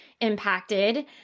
impacted